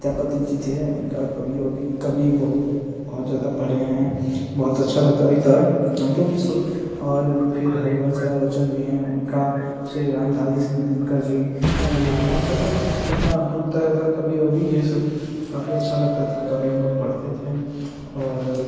विद्यापति जी थे उनका कभी होगी कबीर को बहुत बहुत ज़्यादा पढ़े हैं बहुत अच्छा लगता भी था तो हम लोग भी सोचते हैं फिर हरिवंश राय बच्चन जी हैं उनका श्री रामधारी सिंह दिनकर उन लोग का इन सब का जितना होता है वैसा कवि अवि ये सब फिर काफ़ी अच्छा लगता था काफ़ी हम लोग पढ़ते थे और